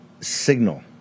signal